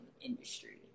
industry